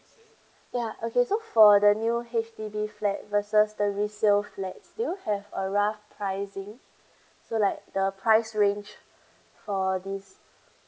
ya okay so for the new H_D_B flat versus the resale flat do you have a rough pricing so like the price range for] this